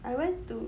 I went to